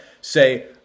say